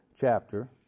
chapter